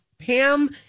Pam